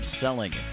selling